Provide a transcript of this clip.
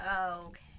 Okay